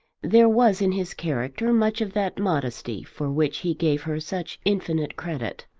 there was in his character much of that modesty for which he gave her such infinite credit.